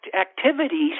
activities